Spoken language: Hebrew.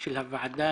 של הוועדה.